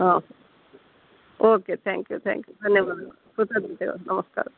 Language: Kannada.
ಹಾಂ okay thank you thank you ಧನ್ಯವಾದಗಳು ಕೃತಜ್ಞತೆಗಳು ನಮಸ್ಕಾರ